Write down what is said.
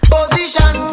Position